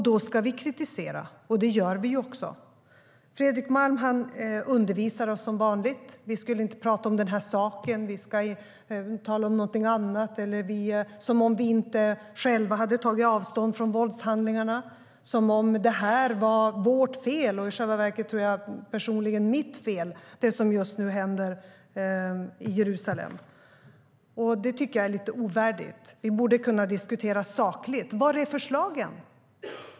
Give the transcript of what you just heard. Då ska vi kritisera, och det gör vi också. Var är förslagen?